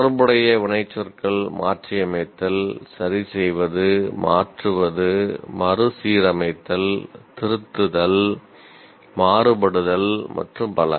தொடர்புடைய வினைச்சொற்கள் மாற்றியமைத்தல் சரி செய்வது மாற்றுவது மறுசீரமைத்தல் திருத்துதல் மாறுபடுதல் மற்றும் பல